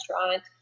restaurant